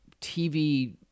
TV